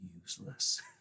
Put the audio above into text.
Useless